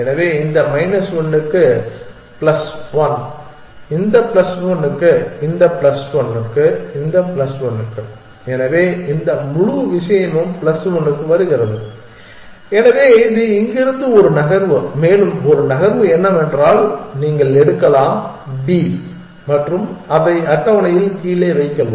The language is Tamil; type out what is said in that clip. எனவே இந்த மைனஸ் 1 க்கு பிளஸ் 1 இந்த பிளஸ் 1 க்கு இந்த பிளஸ் 1 க்கு இந்த பிளஸ் 1 க்கு எனவே இந்த முழு விஷயமும் பிளஸ் 1 க்கு வருகிறது எனவே இது இங்கிருந்து ஒரு நகர்வு மேலும் ஒரு நகர்வு என்னவென்றால் நீங்கள் எடுக்கலாம் B மற்றும் அதை அட்டவணையில் கீழே வைக்கவும்